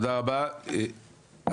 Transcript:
אני אעבור למשרד ראש הממשלה,